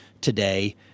today